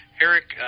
Herrick